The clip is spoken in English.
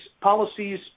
policies